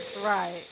Right